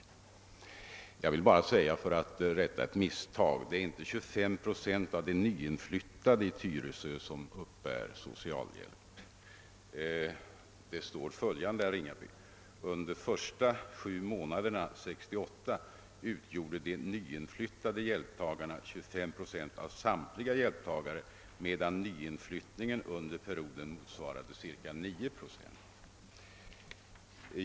För att rätta till ett misstag från herr Ringabys sida vill jag säga att det inte är 25 procent av de nyinflyttade i Tyresö som uppbär socialhjälp. Den korrekta uppgiften, herr Ringaby, är att under de första sju månaderna 1968 utgjorde de nyinflyttade hjälptagarna 25 procent av samtliga hjälptagare, medan nyinflyttningen under perioden motsvarade ca 9 procent.